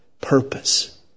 purpose